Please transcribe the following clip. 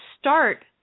start